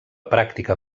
pràctica